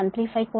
135 కోణం 10